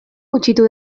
gutxitu